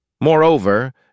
Moreover